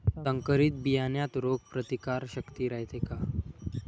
संकरित बियान्यात रोग प्रतिकारशक्ती रायते का?